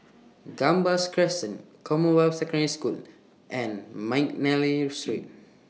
Gambas Crescent Commonwealth Secondary School and Mcnally Street